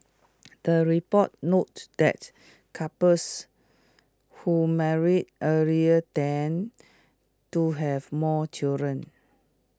the report noted that couples who marry earlier tend to have more children